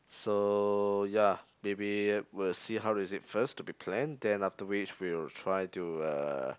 so ya maybe we'll see how is it first to be plan then after which we will try to uh